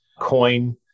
Coin